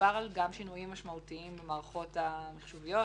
מדובר גם על שינויים משמעותיים במערכות המחשוביות,